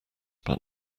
but